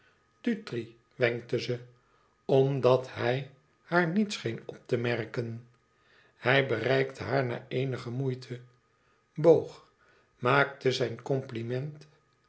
dutri wenkte ze omdat hij haar niet scheen op te merken hij bereikte haar na eenige moeite boog maakte zijn compliment